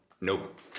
Nope